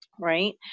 Right